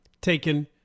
taken